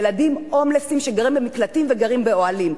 ילדים הומלסים שגרים במקלטים וגרים באוהלים.